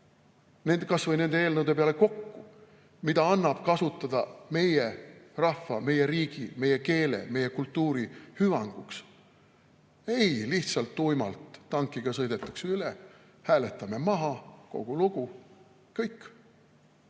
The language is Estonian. kas või nende eelnõude peale kokku, mida annaks kasutada meie rahva, meie riigi, meie keele, meie kultuuri hüvanguks? Ei, lihtsalt tuimalt tankiga sõidetakse üle, hääletatakse maha – kogu lugu, kõik.